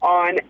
on